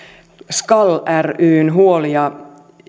skal ryn huolia